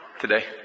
today